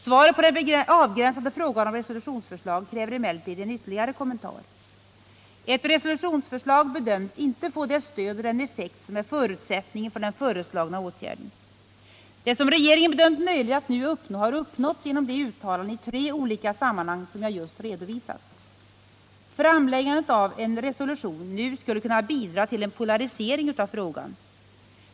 Svaret på den avgränsade frågan om resolutionsförslag kräver emellertid en ytterligare kommentar. Ett resolutionsförslag bedöms inte få det stöd och den effekt som är förutsättningen för den föreslagna åtgärden. Det som regeringen bedömt möjligt att nu uppnå har uppnåtts genom de uttalanden i tre olika sammanhang jag just har redovisat. Framläggandet av en resolution nu skulle kunna bidra till en polarisering av frågan.